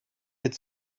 had